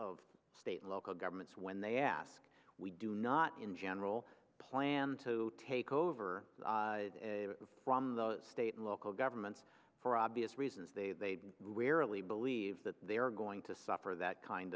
of state and local governments when they ask we do not in general plan to take over from the state and local governments for obvious reasons they rarely believe that they are going to suffer that kind